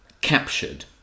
captured